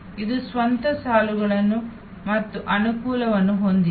ಇದು ಸ್ವಂತ ಸವಾಲುಗಳನ್ನು ಮತ್ತು ಅನುಕೂಲಗಳನ್ನು ಹೊಂದಿದೆ